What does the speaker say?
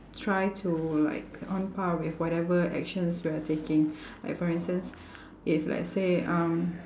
try to like on par with whatever actions we are taking like for instance if let's say um